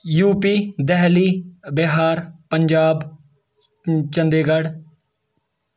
UP Delhi Bihar Punjab Chandi Garh